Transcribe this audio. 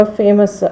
famous